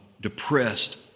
depressed